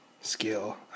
skill